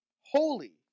holy